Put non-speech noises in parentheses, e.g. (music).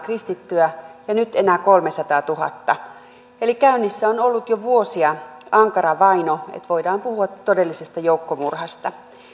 (unintelligible) kristittyä ja nyt enää kolmesataatuhatta eli käynnissä on ollut jo vuosia ankara vaino ja voidaan puhua todellisesta joukkomurhasta